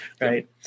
Right